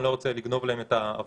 ואני לא רוצה לגנוב להם את העבודה,